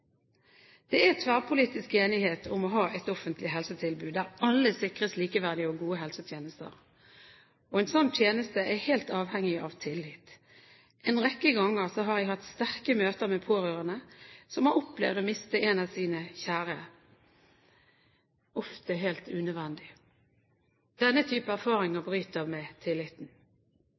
Det er tverrpolitisk enighet om å ha et offentlig helsetilbud der alle sikres likeverdige og gode helsetjenester. En slik tjeneste er helt avhengig av tillit. En rekke ganger har jeg hatt sterke møter med pårørende som har opplevd å miste en av sine kjære, ofte helt unødvendig. Denne type erfaringer bryter ned tilliten.